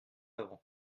avant